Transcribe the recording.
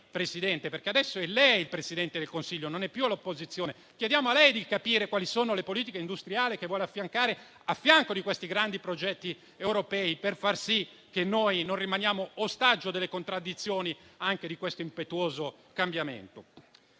lei, perché adesso è lei il Presidente del Consiglio e non è più all'opposizione - quali sono le politiche industriali che vuole affiancare a questi grandi progetti europei, per far sì che non rimaniamo ostaggio delle contraddizioni anche di questo impetuoso cambiamento.